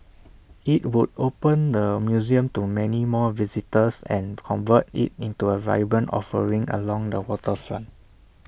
IT would open the museum to many more visitors and convert IT into A vibrant offering along the waterfront